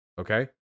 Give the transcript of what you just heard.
Okay